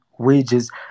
wages